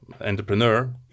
entrepreneur